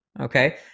okay